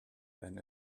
than